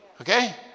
Okay